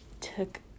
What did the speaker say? took